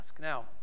Now